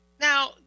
Now